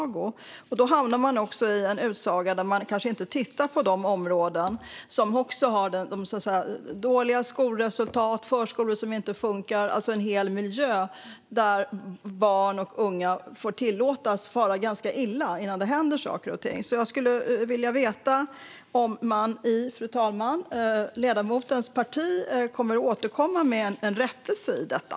Och då kanske man inte tittar på de områden som också har dåliga skolresultat och förskolor som inte funkar. Det är alltså en hel miljö där barn och unga tillåts fara ganska illa innan det händer saker och ting. Fru talman! Jag skulle vilja veta om ledamotens parti kommer att återkomma med en rättelse om detta.